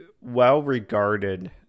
well-regarded